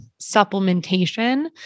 supplementation